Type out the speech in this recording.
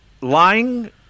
Lying